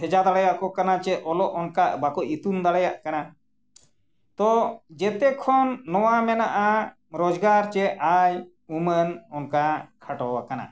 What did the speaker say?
ᱵᱷᱮᱡᱟ ᱫᱟᱲᱮᱭᱟᱠᱚ ᱠᱟᱱᱟ ᱪᱮᱫ ᱚᱞᱚᱜ ᱚᱱᱠᱟ ᱵᱟᱠᱚ ᱤᱛᱩᱱ ᱫᱟᱲᱮᱭᱟᱜ ᱠᱟᱱᱟ ᱛᱚ ᱡᱚᱛᱚ ᱠᱷᱚᱱ ᱱᱚᱣᱟ ᱢᱮᱱᱟᱜᱼᱟ ᱨᱳᱡᱽᱜᱟᱨ ᱪᱮ ᱟᱭ ᱩᱢᱟᱹᱱ ᱚᱱᱠᱟ ᱠᱷᱟᱴᱚ ᱟᱠᱟᱱᱟ